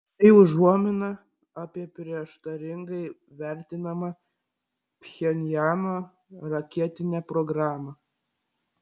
tai užuomina apie prieštaringai vertinamą pchenjano raketinę programą